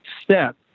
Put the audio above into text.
step